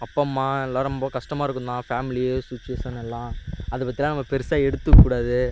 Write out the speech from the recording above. அப்பா அம்மா இல்லை ரொம்ப கஷ்டமாக இருக்கும் தான் ஃபேம்லி சுச்சுவேஷன் எல்லாம் அதை பற்றிலாம் நம்ம பெருசாக எடுத்துக்கூடாது